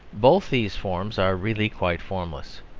both these forms are really quite formless,